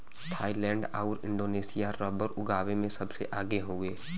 Thailand आउर Indonesia rubber उगावे में सबसे आगे हउवे